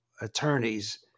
attorneys